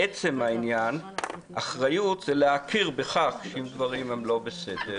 לעצם העניין אחריות זה להכיר בכך שדברים הם לא בסדר